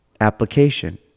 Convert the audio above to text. application